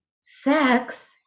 sex